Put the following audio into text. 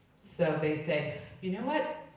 so they say, you know what,